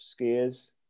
skiers